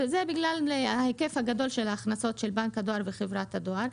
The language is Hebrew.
זה משום ההיקף הגדול של ההכנסות של בנק הדואר וחברת הדואר.